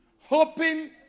hoping